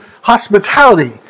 hospitality